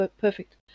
perfect